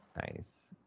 nice